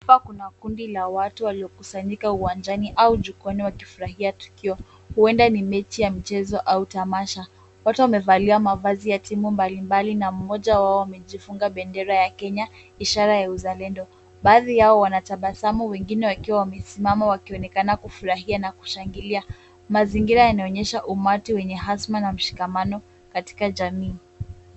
Hapa kuna kundi la watu waliokusanyika uwanjani au jukwaani wakifurahia tukio huenda ni mechi ya mchezo au tamasha. Wote wamevalia mavazi ya timu mbalimbali na mmoja wao amejifunga bendera ya Kenya ishara ya uzalendo. Baadhi yao wanatabasamu wengine wakiwa wamesimama wakionekana kufurahia na kushangilia. Mazingira yanaonyesha umati wenye azma na mshikamano katika jamii.